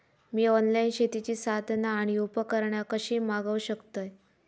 मी online शेतीची साधना आणि उपकरणा कशी मागव शकतय?